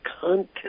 content